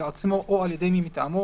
בעצמו או על ידי מי מטעמו,